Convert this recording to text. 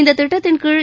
இந்த திட்டத்தின்கீழ்